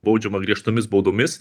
baudžiama griežtomis baudomis